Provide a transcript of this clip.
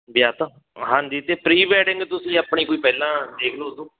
ਵਿਆਹ ਤਾਂ ਹਾਂਜੀ ਅਤੇ ਪ੍ਰੀ ਵੈਟਿੰਗ ਤੁਸੀਂ ਆਪਣੀ ਕੋਈ ਪਹਿਲਾਂ ਦੇਖ ਲਓ ਉਦੋਂ